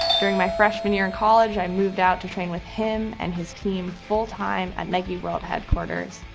during my freshman year in college, i moved out to train with him and his team full time at nike world headquarters.